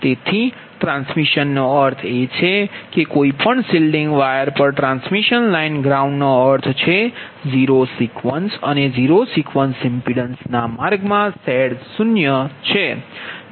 તેથી ટ્રાન્સમિશનનો અર્થ એ છે કે કોઈ પણ શિલ્ડિંગ વાયર પર ટ્રાન્સમિશન લાઇન ગ્રાઉન્ડનો અર્થ છે ઝીરો સિક્વન્સ અને ઝીરો સિક્વન્સ ઇમ્પિડન્સ ના માર્ગમાં Z0 છે